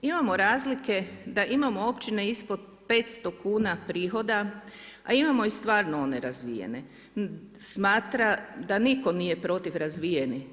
Imamo razlike, da imamo općine ispod 500 kn prihoda, a imamo i stvarno nerazvijene, smatra da nitko nije protiv razvijenih.